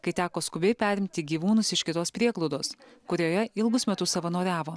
kai teko skubiai perimti gyvūnus iš kitos prieglaudos kurioje ilgus metus savanoriavo